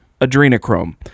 adrenochrome